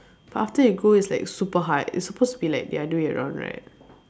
but after you go it's like super hard it's supposed to be like the other way around right